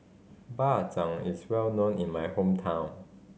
Bak Chang is well known in my hometown